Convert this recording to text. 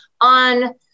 on